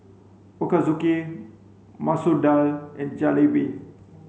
Ochazuke Masoor Dal and Jalebi